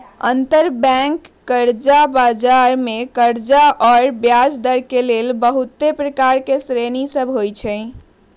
अंतरबैंक कर्जा बजार मे कर्जा आऽ ब्याजदर के लेल बहुते प्रकार के श्रेणि सभ होइ छइ